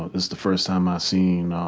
is the first time i seen